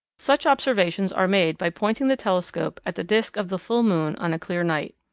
such observations are made by pointing the telescope at the disk of the full moon on clear nights.